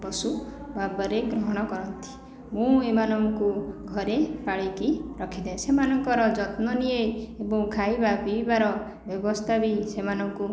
ପଶୁ ଭାବରେ ଗ୍ରହଣ କରନ୍ତି ମୁଁ ଏମାନଙ୍କୁ ଘରେ ପାଳିକି ରଖିଥାଏ ସେମାନଙ୍କର ଯତ୍ନ ନିଏ ଏବଂ ଖାଇବା ପିଇବାର ବ୍ୟବସ୍ଥା ବି ସେମାନଙ୍କୁ